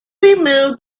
remove